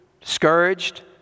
discouraged